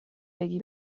بگی